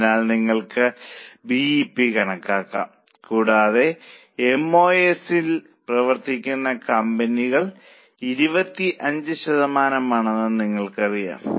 അതിനാൽ നിങ്ങൾക്ക് B E P കണക്കാക്കാം കൂടാതെ എം ഓ എസിൽ പ്രവർത്തിക്കുന്ന കമ്പനികൾ 25 ശതമാനമാണെന്ന് നിങ്ങൾക്കറിയാം